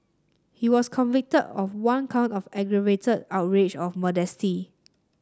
he was convicted of one count of aggravated outrage of modesty